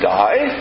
die